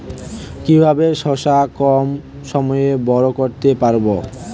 কিভাবে শশা কম সময়ে বড় করতে পারব?